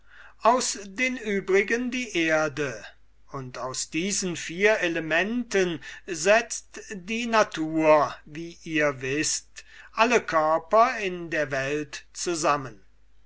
aus den übrigen die erde und aus diesen vier elementen setzt die natur wie ihr wißt alle körper in der welt zusammen